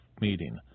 meeting